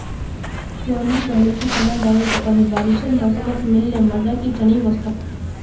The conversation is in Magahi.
रोहिनी कहले कि चना दालेर पकौड़ी बारिशेर मौसमत मिल ल मजा कि चनई वस तोक